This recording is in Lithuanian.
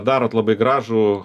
darot labai gražų